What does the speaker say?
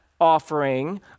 offering